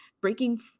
breaking